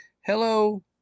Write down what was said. Hello